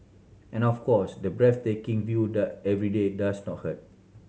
and of course the breathtaking viewed every day does not hurt